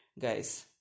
Guys